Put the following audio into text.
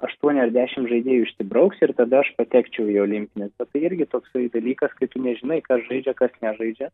aštuoniasdešimt žaidėjų išsibrauks ir tada aš patekčiau į olimpines bet tai irgi toksai dalykas kai tu nežinai kas žaidžia kas nežaidžia